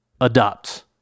adopt